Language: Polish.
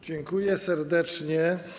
Dziękuję serdecznie.